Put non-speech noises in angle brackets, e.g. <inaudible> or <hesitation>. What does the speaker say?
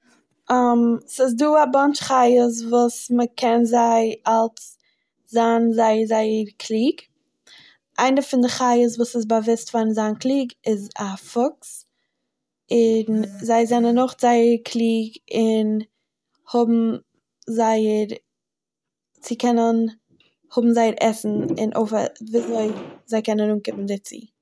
<hesitation> ס'איז דא א באנטש חיות וואס מ'קען זיי אלץ זיין זייער זייער קליג, איינער פון די חיות וואס איז באוואוסט פאר'ן זיין קליג איז א פוקס, און זיי זענען אויך זייער קליג אין האבן זייער צו קענען האבן זייער עסן און ךךך וויזוי זיי קענען אנקומען דערצו.